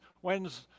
when's